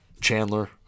Chandler